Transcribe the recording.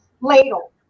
ladle